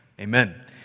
Amen